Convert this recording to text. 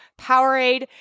Powerade